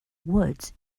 woods